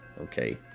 okay